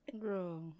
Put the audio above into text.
Girl